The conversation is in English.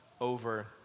over